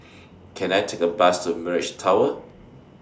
Can I Take A Bus to Mirage Tower